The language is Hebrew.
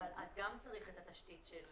אז גם צריך את התשתית.